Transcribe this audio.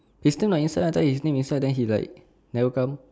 he is still not inside ah I thought his name inside then he is like never come